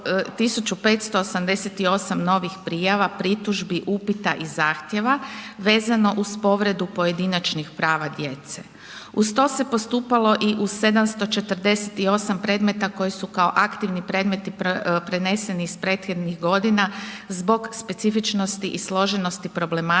1588 novih prijava, pritužbi, upita i zahtjeva vezano uz povredu pojedinačnih prava djece. Uz to se postupalo i u 748 predmeta koji su kao aktivni predmeti preneseni iz prethodnih godina zbog specifičnosti i složenosti problematike